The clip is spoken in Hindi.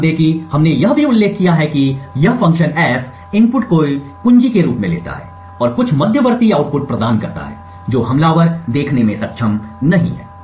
ध्यान दें कि हमने यह भी उल्लेख किया है कि यह फ़ंक्शन F इनपुट की कुंजी के रूप में लेता है और कुछ मध्यवर्ती आउटपुट प्रदान करता है जो हमलावर देखने में सक्षम नहीं है